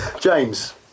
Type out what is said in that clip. James